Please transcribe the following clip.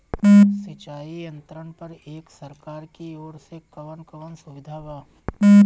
सिंचाई यंत्रन पर एक सरकार की ओर से कवन कवन सुविधा बा?